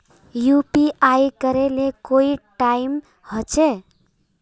UPI करे ले कोई टाइम होचे?